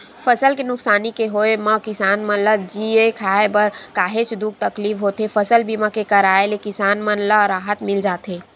फसल के नुकसानी के होय म किसान मन ल जीए खांए बर काहेच दुख तकलीफ होथे फसल बीमा के कराय ले किसान मन ल राहत मिल जाथे